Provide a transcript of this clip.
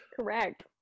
Correct